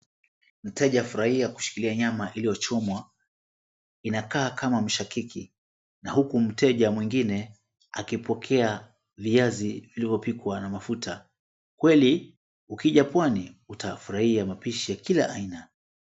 Mteja afurahia kushikilia nyama iliochomwa. Inakaa kama mshakiki na huku mteja mwengine akipokea viazi vilivyopikwa na mafuta. Kweli, ukija pwani, utafurahia mapishi ya kila aina.